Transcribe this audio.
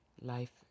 life